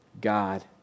God